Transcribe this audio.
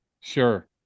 sure